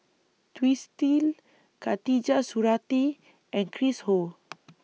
Twisstii Khatijah Surattee and Chris Ho